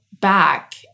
back